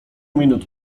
minut